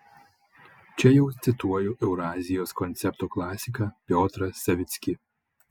čia jau cituoju eurazijos koncepto klasiką piotrą savickį